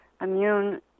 immune